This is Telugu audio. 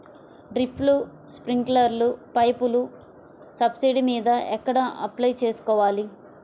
డ్రిప్, స్ప్రింకర్లు పైపులు సబ్సిడీ మీద ఎక్కడ అప్లై చేసుకోవాలి?